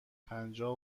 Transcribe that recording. پجاه